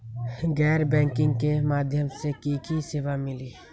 गैर बैंकिंग के माध्यम से की की सेवा मिली?